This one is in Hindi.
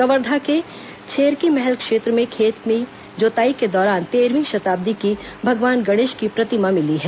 कवर्धा के छेरकी महल क्षेत्र में खेत की जोताई के दौरान तेरहवीं शताब्दी की भगवान गणेश की प्रतिमा मिली है